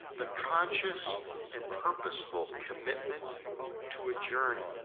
the conscious and purposeful commitment to a journey.